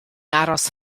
aros